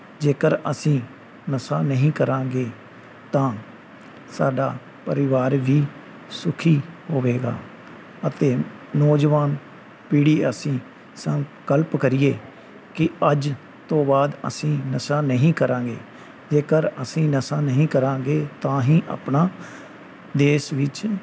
ਜੇਕਰ ਅਸੀਂ ਨਸ਼ਾ ਨਹੀਂ ਕਰਾਂਗੇ ਤਾਂ ਸਾਡਾ ਪਰਿਵਾਰ ਵੀ ਸੁਖੀ ਹੋਵੇਗਾ ਅਤੇ ਨੌਜਵਾਨ ਪੀੜ੍ਹੀ ਅਸੀਂ ਸੰਕਲਪ ਕਰੀਏ ਕਿ ਅੱਜ ਤੋਂ ਬਾਅਦ ਅਸੀਂ ਨਸ਼ਾ ਨਹੀਂ ਕਰਾਂਗੇ ਜੇਕਰ ਅਸੀਂ ਨਸ਼ਾ ਨਹੀਂ ਕਰਾਂਗੇ ਤਾਂ ਹੀ ਆਪਣਾ ਦੇਸ਼ ਵਿੱਚ